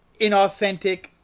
inauthentic